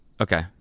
Okay